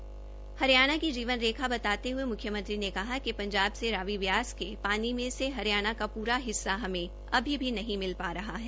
SYL को हरियाणा की जीवनरेखा बताते हए मुख्यमंत्री ने कहा कि पंजाब से रावी व्यास के पानी में से हरियाणा का पूरा हिस्सा हमें अभी भी नहीं मिल पा रहा है